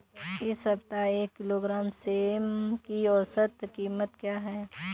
इस सप्ताह एक किलोग्राम सेम की औसत कीमत क्या है?